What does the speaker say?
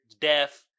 death